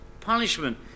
punishment